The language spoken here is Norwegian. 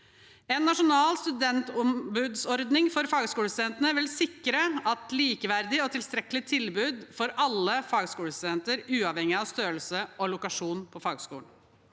«En nasjonal studentombudsordning for fagskolestudenter vil sikre et likeverdig og tilstrekkelig tilbud for alle fagskolestudenter uavhengig av størrelse og lokasjon på fagskolen.